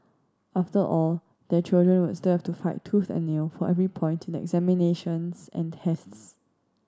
after all their children would still have to fight tooth and nail for every point in examinations and tests